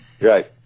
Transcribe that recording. Right